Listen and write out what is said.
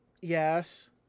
Yes